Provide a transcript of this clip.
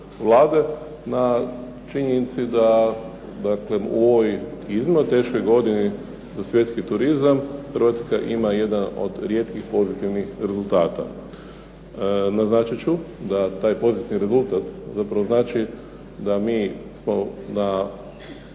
na činjenici da dakle u ovoj iznimno teškoj godini za svjetski turizam, Hrvatska ima jedan od rijetkih pozitivnih rezultata. Naznačit ću da taj pozitivni rezultat zapravo znači da mi smo na,